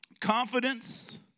Confidence